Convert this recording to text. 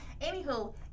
Anywho